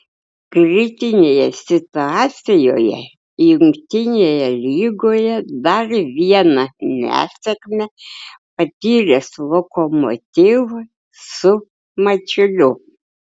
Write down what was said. kritinėje situacijoje jungtinėje lygoje dar vieną nesėkmę patyręs lokomotiv su mačiuliu